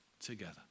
together